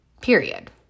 Period